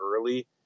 early